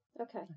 Okay